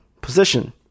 Position